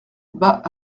bas